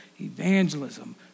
evangelism